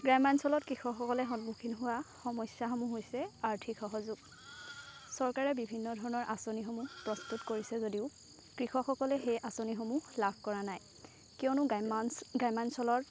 গ্ৰাম্য অঞ্চলত কৃষক সকলে সন্মুখীন হোৱা সমস্যা সমূহ হৈছে আৰ্থিক সহযোগ চৰকাৰে বিভিন্ন ধৰণৰ আঁচনি সমূহ প্ৰস্তুত কৰিছে যদিও কৃষক সকলে সেই আঁচনি সমূহ লাভ কৰা নাই কিয়নো গ্ৰাম্যঞ্চ গ্ৰাম্য অঞ্চলত